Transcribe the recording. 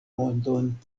mondon